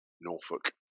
Norfolk